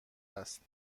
است